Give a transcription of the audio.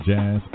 Jazz